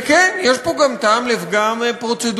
וכן, יש פה גם טעם לפגם פרוצדורלי.